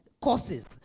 courses